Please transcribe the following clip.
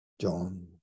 John